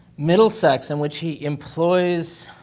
middlesex, in which he employs